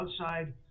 outside